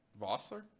Vossler